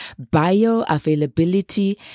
bioavailability